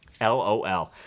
LOL